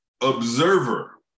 observer